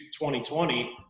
2020